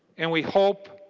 and we hope